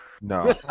No